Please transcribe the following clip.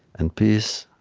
and peace